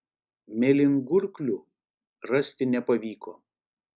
mėlyngurklių rasti nepavyko